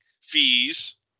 fees